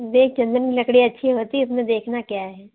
चंदन की लकड़ियाँ अच्छी होती है उसमें देखना क्या है